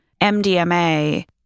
MDMA